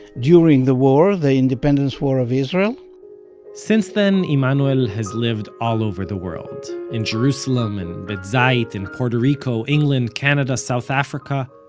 during the war, the independence war of israel since then, emanuel has lived all over the world in jerusalem, in beit zayit, in puerto rico, england, canada, south africa.